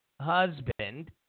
husband